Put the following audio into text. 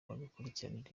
bakurikiranira